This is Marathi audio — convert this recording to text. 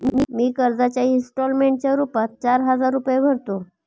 मी कर्जाच्या इंस्टॉलमेंटच्या रूपात चार हजार रुपये भरतो